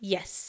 Yes